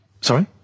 Sorry